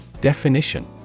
Definition